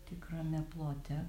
tikrme plote